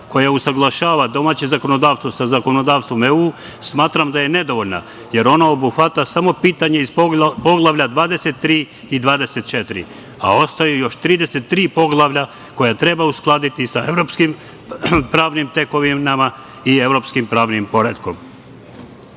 koja usaglašava domaće zakonodavstvo sa zakonodavstvom EU, smatram da je nedovoljna, jer ona obuhvata samo pitanje iz poglavlja 23 i 24, a ostaju još 33 poglavlja koja treba uskladiti sa evropskim pravnim tekovinama i evropskim pravnim poretkom. Polazeći